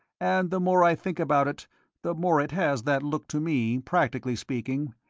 and the more i think about it the more it has that look to me, practically speaking,